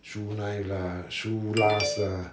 shoe knife lah shoe last ah